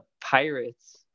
pirates